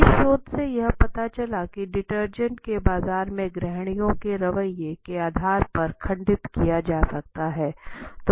इस शोध से यह पता चला की डिटर्जेंट के बाजार को ग्रहणीयों के रवैये के आधार पर खंडित किया जा सकता था